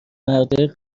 مردای